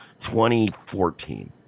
2014